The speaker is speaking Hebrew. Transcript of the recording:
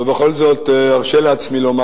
ובכל זאת ארשה לעצמי לתקן